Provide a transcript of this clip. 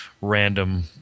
random